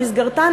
במסגרתן,